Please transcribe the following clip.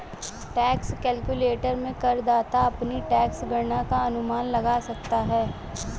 tax calculator में करदाता अपनी टैक्स गणना का अनुमान लगा सकता है